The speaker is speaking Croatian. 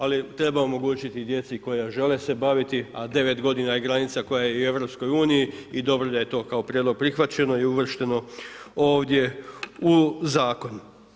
Ali treba omogućiti i djeci koja žele se baviti, a 9 godina je granica koja je u Europskoj uniji i dobro je da je to kao prijedlog prihvaćeno i uvršteno ovdje u zakon.